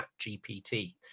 ChatGPT